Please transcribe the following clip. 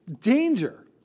danger